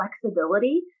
flexibility